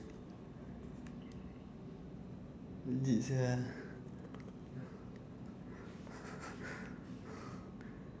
legit sia